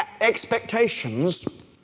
expectations